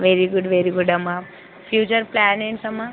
very good very good అమ్మా future plan ఏంటమ్మా